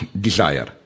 desire